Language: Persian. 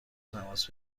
تماس